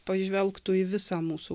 pažvelgtų į visą mūsų